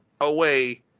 away